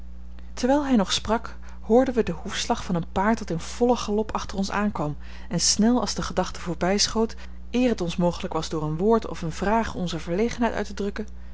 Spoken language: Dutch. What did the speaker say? terwijl hij nog sprak hoorden wij den hoefslag van een paard dat in vollen galop achter ons aankwam en snel als de gedachte voorbijschoot eer het ons mogelijk was door een woord of eene vraag onze verlegenheid uit te drukken